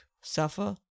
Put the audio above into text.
suffer